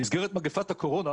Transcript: במסגרת מגפת הקורונה,